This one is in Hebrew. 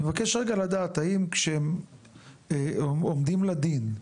אני מבקש רגע לדעת, האם כשהם עומדים לדין,